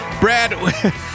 Brad